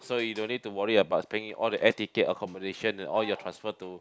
so you don't need to worry about paying all the air ticket accommodation and all you transfer to